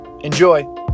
Enjoy